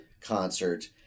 concert